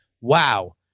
wow